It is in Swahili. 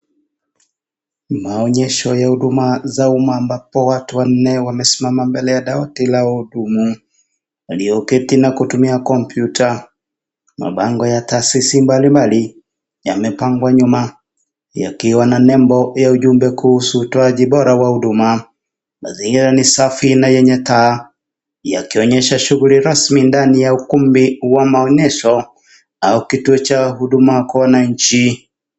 Maonyesho ya huduma ambapo watu wanne wamesimama mbele ya walioketi na kutumia kompyuta. Mabango ya taasisi mbalimbali yamepangwa nyuma yakiwa na nembo ya ujumbe kuhusu utoaji bora wa huduma. Mazingira ni safi na yenye taa yakionyesha shughuli rasmi ndani ya ukumbi wa maonyesho au kituo cha huduma kwa wananchi.